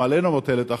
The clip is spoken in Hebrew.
גם עלינו מוטלת אחריות,